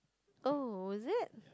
oh is it